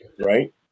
right